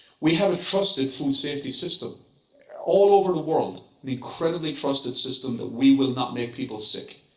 we have a trusted food safety system all over the world, an incredibly trusted system that we will not make people sick.